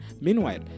Meanwhile